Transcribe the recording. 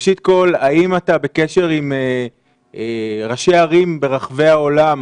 האם אתה בקשר עם ראשי הערים ברחבי העולם